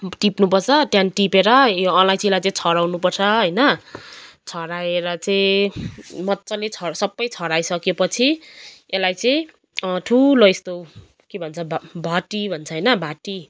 टिप्नुपर्छ त्यहाँदेखि टिपेर यो अलैँचीलाई चाहिँ छोडाउनुपर्छ होइन छोडाएर चाहिँ मजाले छ सबै छोडाइसकेपछि यसलाई चाहिँ ठुलो यस्तो के भन्छ भ भट्टी भन्छ होइन भट्टी